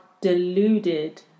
deluded